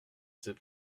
cette